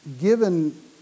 given